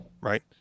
right